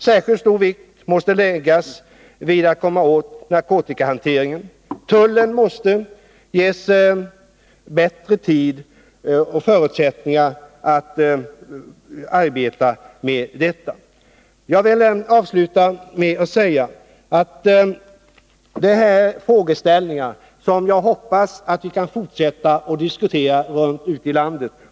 Särskilt stor vikt måste läggas vid att komma åt narkotikahanteringen. Tullen måste ges bättre förutsättningar att arbeta med detta. Jag vill avsluta mitt anförande med att säga att det här är frågeställningar som jag hoppas att vi kan fortsätta att diskutera ute i landet.